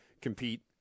compete